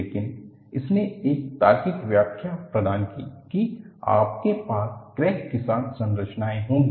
लेकिन इसने एक तार्किक व्याख्या प्रदान की कि आपके पास क्रैक के साथ संरचनाएं होंगी